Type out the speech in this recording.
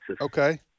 Okay